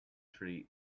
tree